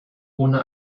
ohne